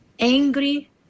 angry